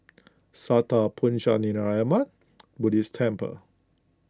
Sattha Puchaniyaram Buddhist Temple